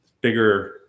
bigger